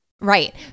right